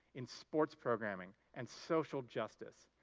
in sports programming, and social justice.